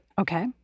Okay